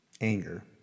anger